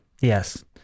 Yes